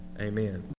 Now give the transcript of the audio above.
Amen